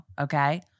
okay